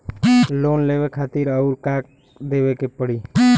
Loan लेवे खातिर अउर का देवे के पड़ी?